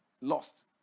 lost